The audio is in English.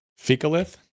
Fecalith